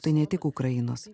tai ne tik ukrainos